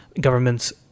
governments